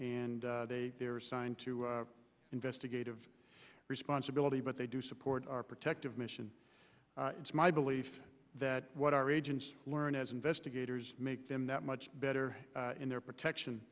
and they're assigned to investigative responsibility but they do support our protective mission it's my belief that what our agents learn as investigators make them that much better in their protection